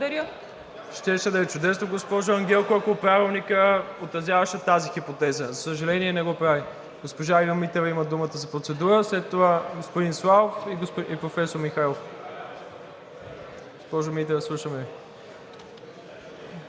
Щеше да е чудесно, госпожо Ангелкова, ако Правилникът отразяваше тази хипотеза. За съжаление, не го прави. Госпожа Ива Митева има думата за процедура, след това господин Славов и професор Михайлов. Госпожо Митева, слушаме